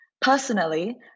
Personally